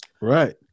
right